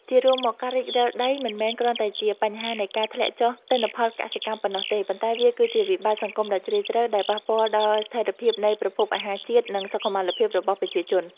ជារួមមក ការរិចរឹលដីមិនមែនគ្រាន់តែជាបញ្ហានៃការធ្លាក់ចុះទិន្នផលកសិកម្មប៉ុណ្ណោះទេ ប៉ុន្តែវាគឺជាវិបត្តិសង្គមដ៏ជ្រាលជ្រៅដែលប៉ះពាល់ដល់ស្ថិរភាពនៃប្រភពអាហារជាតិ និងសុខុមាលភាពរបស់ប្រជាជន។